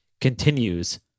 continues